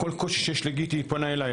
כל קושי שיש לגיטה היא פונה אליי,